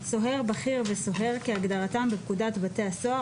"סוהר בכיר" ו"סוהר" כהגדרתם בפקודת בתי הסוהר,